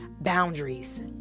boundaries